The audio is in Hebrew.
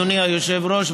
אדוני היושב-ראש,